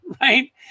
right